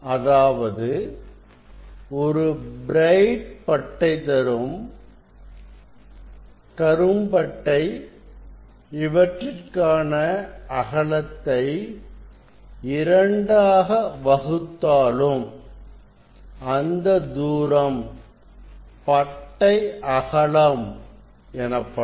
அதாவது ஒரு பிரைட் பட்டை கரும் பட்டை இவற்றிற்கான அகலத்தை இரண்டாக வகுத்தாலும் அந்த தூரம் பட்டை அகலம் எனப்படும்